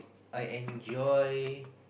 I enjoy